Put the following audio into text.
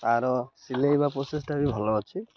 ତା'ର ସିଲେଇବା ପ୍ରୋସେସ୍ଟା ବି ଭଲ ଅଛି